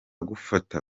gufata